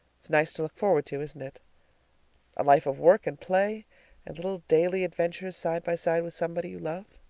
it's nice to look forward to, isn't it a life of work and play and little daily adventures side by side with somebody you love?